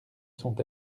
sont